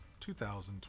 2020